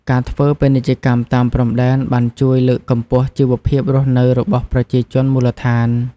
ការធ្វើពាណិជ្ជកម្មតាមព្រំដែនបានជួយលើកកម្ពស់ជីវភាពរស់នៅរបស់ប្រជាជនមូលដ្ឋាន។